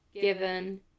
Given